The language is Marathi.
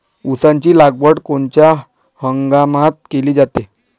ऊसाची लागवड कोनच्या हंगामात केली जाते?